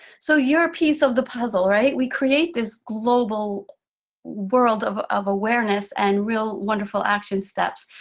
so you're a piece of the puzzle right? we create this global world of of awareness and real wonderful action steps.